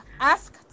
ask